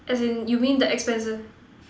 as in you mean the expenses